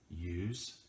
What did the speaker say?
use